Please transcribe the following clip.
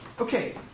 Okay